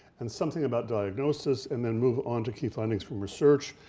and something about diagnosis, and then moving on to key findings from research,